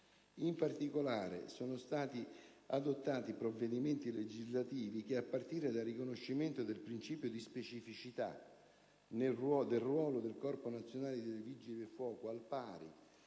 In particolare, sono stati adottati provvedimenti legislativi che, a partire dal riconoscimento del principio di specificità del ruolo del Corpo nazionale dei Vigili del fuoco, al pari